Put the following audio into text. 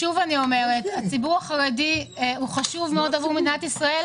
הציבור החרדי חשוב למדינה,